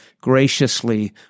graciously